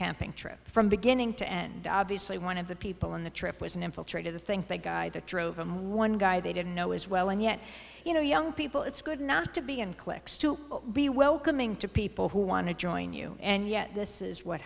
camping trip from beginning to end obviously one of the people in the trip was an infiltrator the thing that drove him one guy they didn't know as well and yet you know young people it's good not to be in cliques to be welcoming to people who want to join you and yet this is what